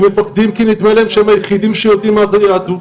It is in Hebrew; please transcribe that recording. הם מפחדים כי נדמה להם שהם היחידים שיודעים מה זה יהדות,